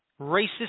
racist